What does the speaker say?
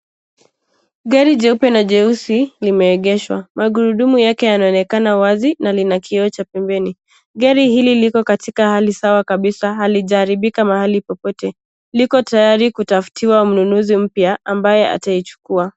Gari jeupe na jeusi limeegeshwa. Magurudumu yake yanaonekana wazi na lina kioo cha pembeni. Gari hili liko katika hali sawa kabisa, halijaharibika mahali popote. Liko tayari kutafutiwa mnunuzi mpya ambaye ataichukuwa.